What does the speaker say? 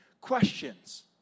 questions